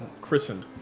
christened